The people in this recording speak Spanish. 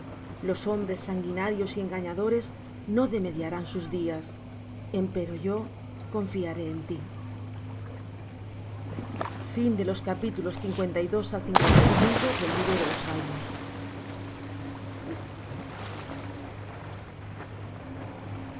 los hombres sanguinarios y engañadores no demediarán sus días empero yo confiaré en ti al